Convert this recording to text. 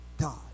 God